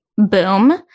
Boom